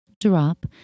Drop